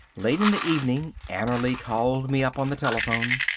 late in the evening annerly called me up on the telephone.